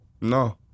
No